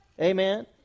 Amen